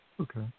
Okay